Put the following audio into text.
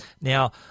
Now